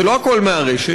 זה לא הכול מהרשת,